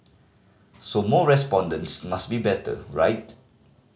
so more respondents must be better right